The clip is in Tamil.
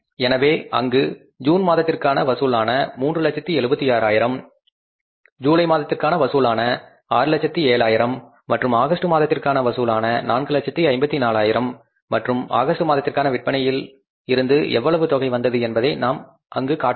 எனவே அங்கு ஜூன் மாதத்திற்கான வசூலான 376000 ஜூலை மாதத்திற்கான வசூலான 607000 மற்றும் ஆகஸ்ட் மாதத்திற்கான வசூலான 454000 மற்றும் ஆகஸ்ட் மாதத்திற்கான விற்பனையில் இருந்து எவ்வளவு தொகை வந்தது என்பதை நாம் அங்கு காட்டுவோம்